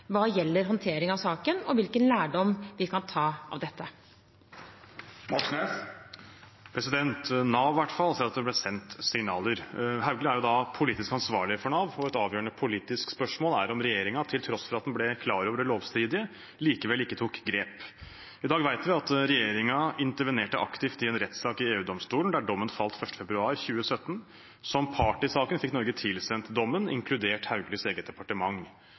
hva gjelder håndtering av saken, og hvilken lærdom vi kan ta av dette. Nav sier i hvert fall at det ble sendt signaler. Statsråd Hauglie er politisk ansvarlig for Nav, og et avgjørende politisk spørsmål er om regjeringen til tross for at den ble klar over det lovstridige, likevel ikke tok grep. I dag vet vi at regjeringen intervenerte aktivt i en rettssak i EU-domstolen der dommen falt 1. februar 2017. Som part i saken fikk Norge tilsendt dommen – inkludert Hauglies eget departement.